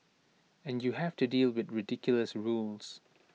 and you have to deal with ridiculous rules